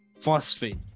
phosphate